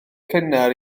cynnar